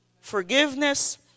Forgiveness